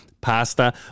pasta